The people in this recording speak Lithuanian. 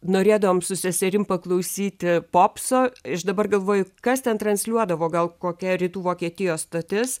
norėdavom su seserim paklausyti popso aš dabar galvoju kas ten transliuodavo gal kokia rytų vokietijos stotis